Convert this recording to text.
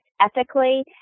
ethically